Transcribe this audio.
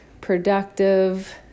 productive